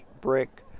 brick